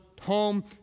Home